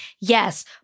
yes